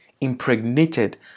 impregnated